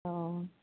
অ